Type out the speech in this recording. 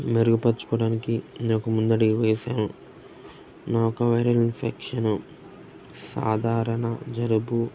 మెరుగుపరచుకోవడానికి నాకు ముందడుగు వేశాను నావొక వైరల్ ఇన్ఫెక్షను సాధారణ జలుబు